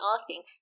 asking